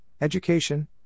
education